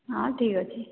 ହଁ ଠିକ୍ ଅଛି